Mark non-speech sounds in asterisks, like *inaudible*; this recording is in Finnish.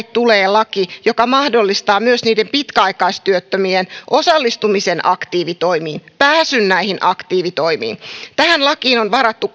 *unintelligible* tulee laki joka mahdollistaa myös niiden pitkäaikaistyöttömien osallistumisen aktiivitoimiin pääsyn näihin aktiivitoimiin tähän lakiin on varattu *unintelligible*